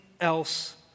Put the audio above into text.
else